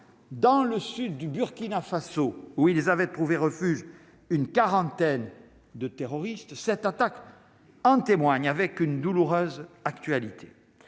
dans le sud du Burkina Faso, où ils avaient trouvé refuge, une quarantaine de terroristes, cette attaque en témoigne avec une douloureuse actualité